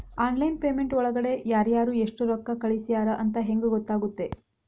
Online payment ಒಳಗಡೆ ಯಾರ್ಯಾರು ಎಷ್ಟು ರೊಕ್ಕ ಕಳಿಸ್ಯಾರ ಅಂತ ಹೆಂಗ್ ಗೊತ್ತಾಗುತ್ತೆ?